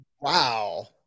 Wow